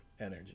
energy